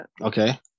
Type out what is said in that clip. Okay